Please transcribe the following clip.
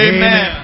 Amen